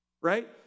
right